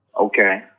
Okay